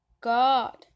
God